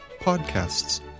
podcasts